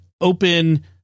open